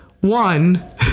one